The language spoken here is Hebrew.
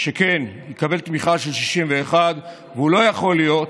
שכן יקבל תמיכה של 61, והוא לא יכול להיות